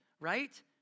right